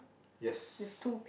yes